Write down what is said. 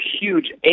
huge